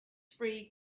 free